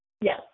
Yes